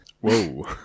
Whoa